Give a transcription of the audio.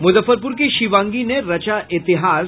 मुजफ्फरपुर की शिवांगी ने रचा इतिहास